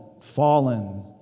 fallen